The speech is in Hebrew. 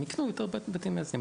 הם יקנו יותר בתים מאזנים.